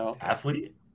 Athlete